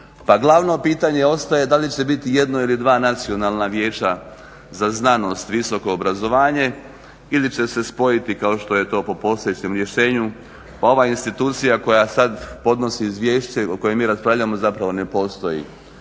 Pa glavno pitanje ostaje da li će biti jedno ili dva nacionalna vijeća za znanost i visoko obrazovanje ili će se spojiti kao što je to po postojećem rješenju. Ova institucija koja sada podnosi izvješće o kojem mi raspravljamo zapravo ne postoji.